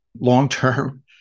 long-term